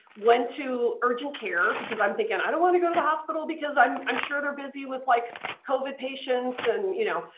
went to urgent care because i'm thinking i don't wanna go to the hospital because i'm i'm sure they're busy with like covid patients and you know.